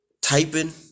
typing